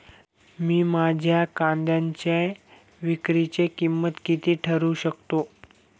मी माझ्या कांद्यांच्या विक्रीची किंमत किती ठरवू शकतो?